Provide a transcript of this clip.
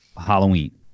Halloween